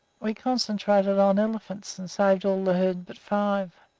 we concentrated on elephants, and saved all the herd but five.